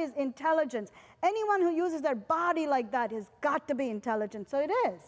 is intelligence anyone who uses their body like that is got to be intelligent so it is